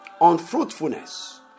unfruitfulness